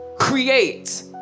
create